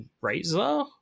Razor